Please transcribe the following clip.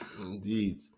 Indeed